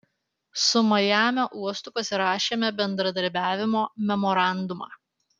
su majamio uostu pasirašėme bendradarbiavimo memorandumą